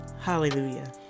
Hallelujah